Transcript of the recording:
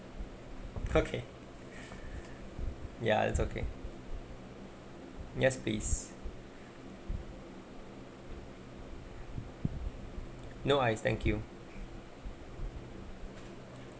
okay ya it's okay yes please no ice thank you